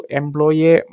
employee